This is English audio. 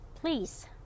please